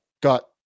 got